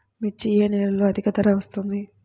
మిర్చి ఏ నెలలో అధిక ధర వస్తుంది?